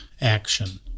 action